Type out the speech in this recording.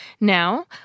Now